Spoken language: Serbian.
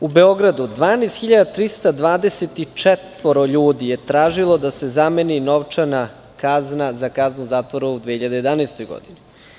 u Beogradu 12.324 ljudi je tražilo da se zameni novčana kazna za kaznu zatvora u 2011. godini.